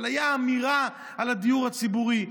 אבל הייתה אמירה על הדיור הציבורי,